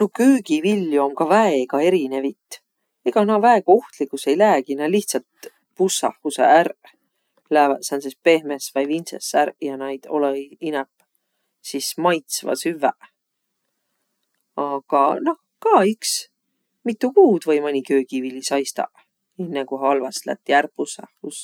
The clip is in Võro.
No köögiviljo om kah väega erinevit. Egaq na väega ohtligus ei läägiq, nä lihtsält pussahusõq ärq. Lääväq sääntses pehmes vai vindsõs ärq ja naid olõ-i inämb sis maistva süvväq. Aga noh ka iks mitu kuud või mõni köögivili saistaq, inne ku halvas lätt ja ärq pussahus.